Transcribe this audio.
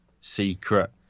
secret